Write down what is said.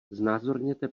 znázorněte